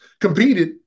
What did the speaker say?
Competed